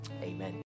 amen